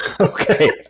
Okay